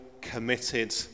committed